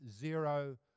zero